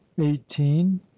eighteen